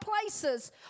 places